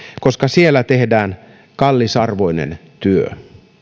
koska siellä tehdään kallisarvoinen työ